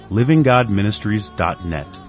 livinggodministries.net